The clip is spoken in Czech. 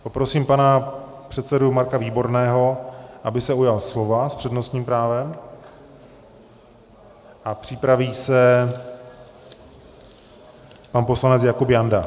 Poprosím pana předsedu Marka Výborného, aby se ujal slova s přednostním právem, a připraví se pan poslanec Jakub Janda.